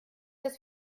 dass